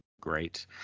Great